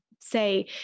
say